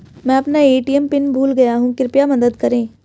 मैं अपना ATM pin भूल गया हूँ कृपया मदद करें